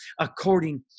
according